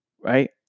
right